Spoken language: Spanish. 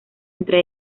entre